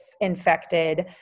infected